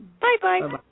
Bye-bye